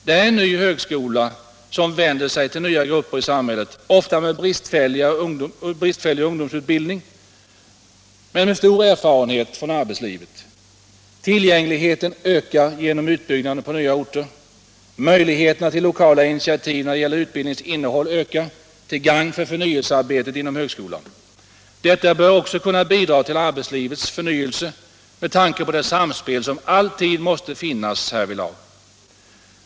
Vi får en ny högskola som vänder sig till nya grupper i samhället som ofta har bristfällig ungdomsutbildning men som har erfarenhet från arbetslivet. Tillgängligheten ökar genom utbyggnaden på nya orter. Möjligheterna till lokala initiativ när det gäller utbildningens innehåll ökar till gagn för förnyelsearbetet inom högskolan. Detta bör också kunna bidra till arbetslivets förnyelse med tanke på det samspel som alltid måste finnas härvidlag.